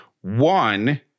one